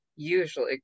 usually